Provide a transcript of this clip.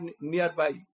nearby